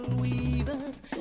weavers